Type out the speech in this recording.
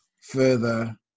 further